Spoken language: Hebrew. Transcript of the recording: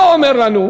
מה הוא אומר לנו?